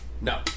No